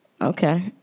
okay